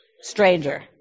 Stranger